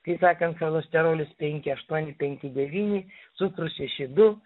kai sakan cholesterolis penki aštuoni penki devyni cukrus šeši du